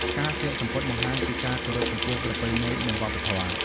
ការស្លៀកសំពត់បង្ហាញពីការគោរពចំពោះប្រពៃណីនិងវប្បធម៌។